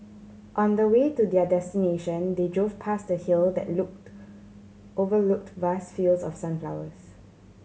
on the way to their destination they drove past a hill that looked overlooked vast fields of sunflowers